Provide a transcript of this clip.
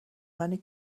many